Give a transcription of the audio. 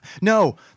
No